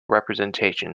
representation